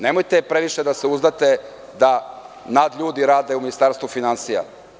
Nemojte previše da se uzdate da nadljudi rade u Ministarstvu finansija.